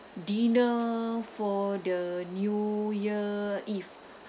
dinner for the new year eve